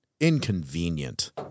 Inconvenient